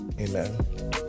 amen